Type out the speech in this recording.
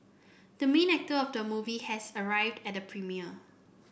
the main actor of the movie has arrived at the premiere